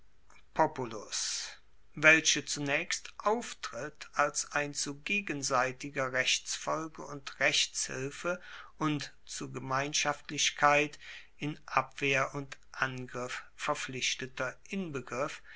welche zunaechst auftritt als ein zu gegenseitiger rechtsfolge und rechtshilfe und zu gemeinschaftlichkeit in abwehr und angriff verpflichteter inbegriff